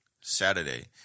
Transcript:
Saturday